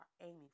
aiming